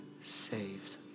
saved